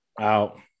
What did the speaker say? Out